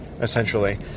essentially